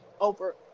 over